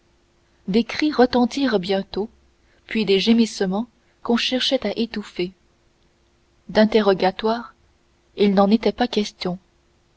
des cris retentirent bientôt puis des gémissements qu'on cherchait à étouffer d'interrogatoire il n'en était pas question